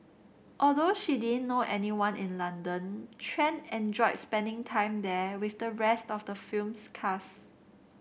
although she didn't know anyone in London Tran enjoyed spending time there with the rest of the film's cast